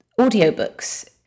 audiobooks